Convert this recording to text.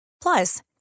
Plus